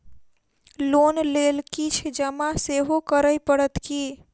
Loan लेल किछ जमा सेहो करै पड़त की?